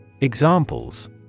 Examples